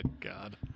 God